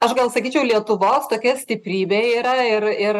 aš gal sakyčiau lietuvos tokia stiprybė yra ir ir